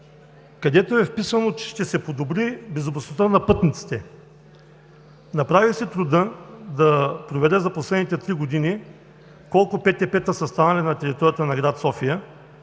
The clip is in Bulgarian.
чл. 19 е вписано, че ще се подобри безопасността на пътниците. Направих си труда да проверя за последните три години колко ПТП-та са станали на територията на град София,